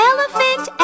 Elephant